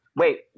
Wait